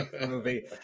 movie